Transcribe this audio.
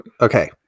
Okay